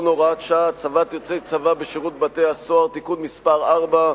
(הוראת שעה) (הצבת יוצאי צבא בשירות בתי-הסוהר) (תיקון מס' 4),